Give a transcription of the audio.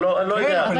אני לא יודע.